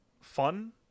fun